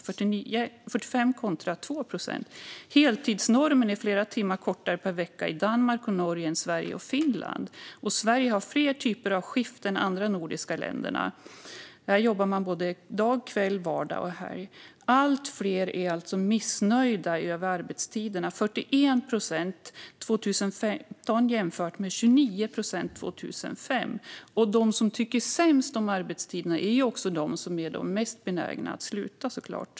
Det var 45 procent kontra 2 procent. Heltidsnormen är flera timmar kortare per vecka i Danmark och Norge än i Sverige och Finland, och Sverige har fler typer av skift än de andra nordiska länderna. Här jobbar man både dag, kväll, vardag och helg. Allt fler är alltså missnöjda med arbetstiderna. Det är 41 procent 2015 jämfört med 29 procent 2005. De som tycker sämst om arbetstiderna är också såklart de som är de mest benägna att sluta.